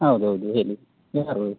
ಹೌದು ಹೌದು ಹೇಳಿ ಯಾರು